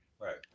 right